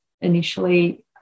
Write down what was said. initially